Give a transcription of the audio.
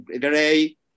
gray